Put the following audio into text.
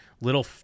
little